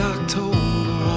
October